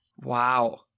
Wow